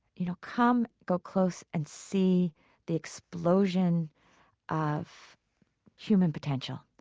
you know, come, go close and see the explosion of human potential